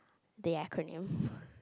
the acronym